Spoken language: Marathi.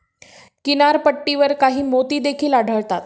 किनारपट्टीवर काही मोती देखील आढळतात